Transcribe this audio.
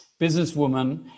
businesswoman